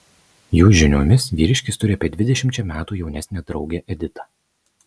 jų žiniomis vyriškis turi apie dvidešimčia metų jaunesnę draugę editą